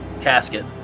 casket